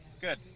Good